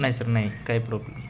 नाही सर नाही काही प्रॉब्लेम नाही